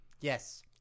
Yes